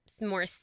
more